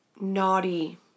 naughty